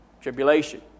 tribulation